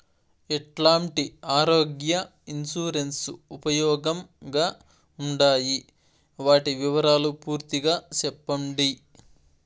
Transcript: ఎట్లాంటి ఆరోగ్య ఇన్సూరెన్సు ఉపయోగం గా ఉండాయి వాటి వివరాలు పూర్తిగా సెప్పండి?